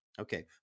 Okay